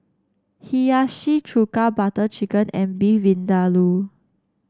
Hiyashi Chuka Butter Chicken and Beef Vindaloo